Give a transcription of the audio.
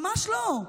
ממש לא.